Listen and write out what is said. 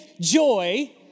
joy